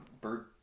bird